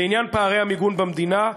לעניין פערי המיגון במדינה,